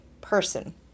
person